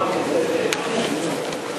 מתבייש.